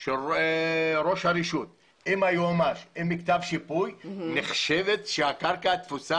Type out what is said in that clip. של ראש הרשות והיועץ המשפטי ומכתב שיפוי שהקרקע תפוסה